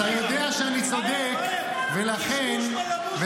אתה יודע שאני צודק, ולכן --- קשקוש בלבוש.